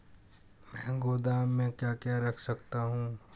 मैं गोदाम में क्या क्या रख सकता हूँ?